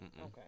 Okay